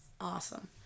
Awesome